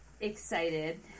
excited